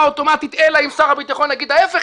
אוטומטית אלא אם שר הביטחון יגיד ההפך,